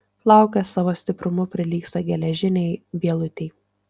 plaukas savo stiprumu prilygsta geležinei vielutei